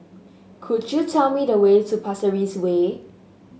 could you tell me the way to Pasir Ris Way